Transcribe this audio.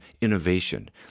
innovation